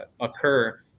occur